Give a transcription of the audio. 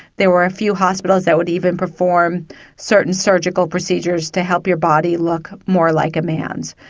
there were a few hospitals that would even perform certain surgical procedures to help your body look more like a man's.